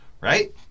right